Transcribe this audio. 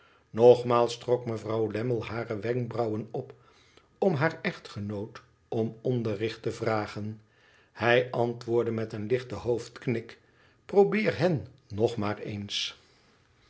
nogmaals trok mevrouw lammie hare wenkbrauwen op om kaar echtgenoot om onderricht te vragen h antwoordde met een lichten hoofdknik probeer hen nog maar eens